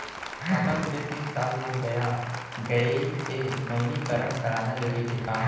खाता खुले तीन साल हो गया गये हे नवीनीकरण कराना जरूरी हे का?